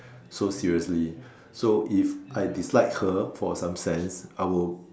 so seriously so if I dislike her for some sense I will